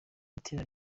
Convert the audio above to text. itara